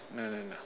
no no no